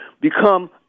become